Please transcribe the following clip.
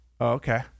Okay